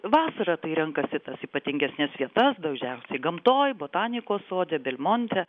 vasarą tai renkasi tas ypatingesnes vietas dažniausiai gamtoj botanikos sode belmonte